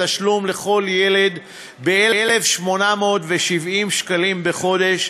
התשלום לכל ילד ב-1,870 שקלים בחודש,